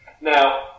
Now